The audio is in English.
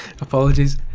Apologies